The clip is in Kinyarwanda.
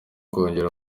kongerera